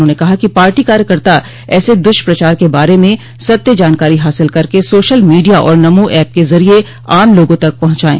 उन्होंने कहा कि पार्टी कार्यकर्ता ऐसे दुष्प्रचार के बारे में सत्य जानकारी हासिल करके सोशल मीडिया और नमो एप के जरिये आम लोगों तक पहुंचाये